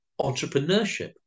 entrepreneurship